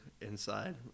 inside